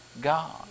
God